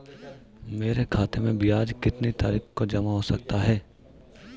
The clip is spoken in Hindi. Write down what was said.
मेरे खाते में ब्याज कितनी तारीख को जमा हो जाता है?